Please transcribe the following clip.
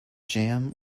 jam